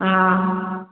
हा